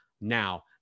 now